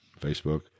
Facebook